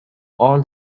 all